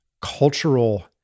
cultural